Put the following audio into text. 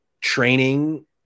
training